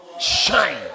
shine